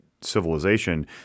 civilization